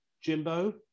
Jimbo